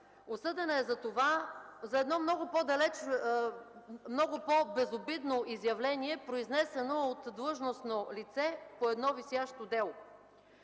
осъдена е за едно много по-безобидно изявление, произнесено от длъжностно лице по едно висящо дело.